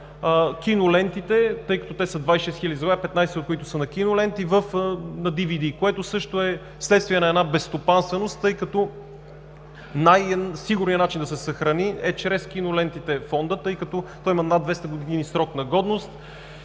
кинолентите, тъй като те са 26 хиляди заглавия – 15 от които са на киноленти, на DVD, което също е следствие на една безстопанственост, тъй като най-сигурният начин да се съхрани Фондът, е чрез кинолентите. Той има над 200 години срок на годност